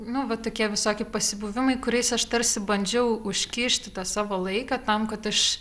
nu va tokie visokie pasibuvimai kuriais aš tarsi bandžiau užkišti tą savo laiką tam kad aš